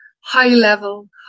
high-level